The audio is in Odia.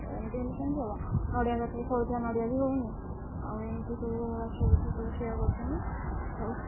ଏମିତି ହେଲେ କେମିତି ହେବ ନଡ଼ିଆ ଗଛରେ ଫଳୁଥିବା ନଡ଼ିଆ ବି ହେଉନି ଆଉ ଏମିତି ସବୁ ଗଛ ବୃଛ ସବୁ କ୍ଷୟ କରୁଛନ୍ତି ସବୁ